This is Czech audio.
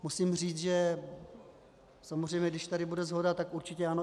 Musím říct, že samozřejmě, když tady bude shoda, tak určitě ano.